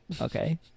okay